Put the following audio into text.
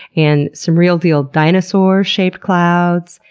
and some real deal dinosaur-shaped clouds,